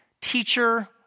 teacher